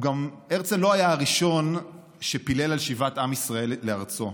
הרצל לא היה הראשון שפילל לשיבת עם ישראל לארצו.